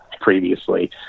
previously